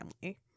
family